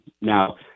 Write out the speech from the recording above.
Now